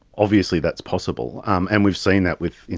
obviously that's possible, um and we've seen that with, you